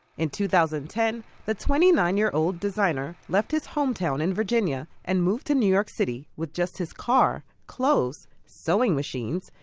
in two thousand and ten the twenty nine year old designer left his hometown in virginia and moved to new york city with just his car, clothes, sewing machines,